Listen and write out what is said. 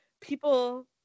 people